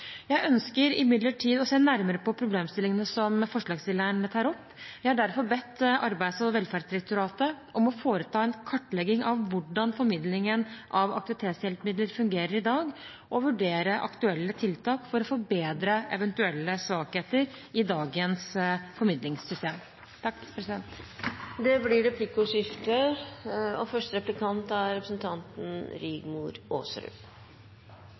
Jeg ønsker imidlertid å se nærmere på problemstillingene som forslagsstilleren tar opp. Jeg har derfor bedt Arbeids- og velferdsdirektoratet om å foreta en kartlegging av hvordan formidlingen av aktivitetshjelpemidler fungerer i dag, og vurdere aktuelle tiltak for å forbedre eventuelle svakheter i dagens formidlingssystem. Det blir replikkordskifte. Som jeg sa i mitt innlegg, er